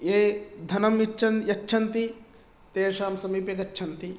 ये धनम् इच्छ यच्छन्ति तेषां समीपे गच्छन्ति